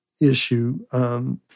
issue—